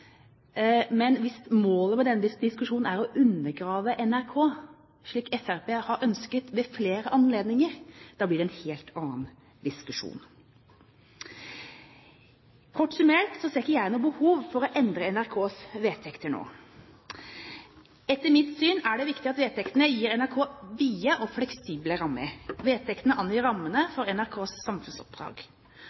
Men hvis målet med denne diskusjonen er å undergrave NRK, slik Fremskrittspartiet har ønsket ved flere anledninger, blir det en helt annen diskusjon. Kort summert ser ikke jeg noe behov for å endre NRKs vedtekter nå. Etter mitt syn er det viktig at vedtektene gir NRK vide og fleksible rammer. Vedtektene angir rammene for NRKs samfunnsoppdrag.